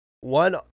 one